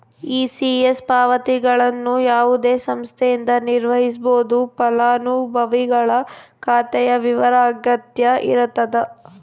ECS ಪಾವತಿಗಳನ್ನು ಯಾವುದೇ ಸಂಸ್ಥೆಯಿಂದ ನಿರ್ವಹಿಸ್ಬೋದು ಫಲಾನುಭವಿಗಳ ಖಾತೆಯ ವಿವರ ಅಗತ್ಯ ಇರತದ